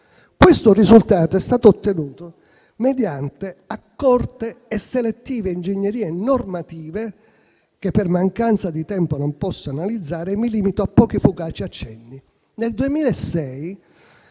Questo risultato è stato ottenuto mediante accorte e selettive ingegnerie normative, che per mancanza di tempo non posso analizzare. Mi limito a pochi e fugaci accenni: nel 2006,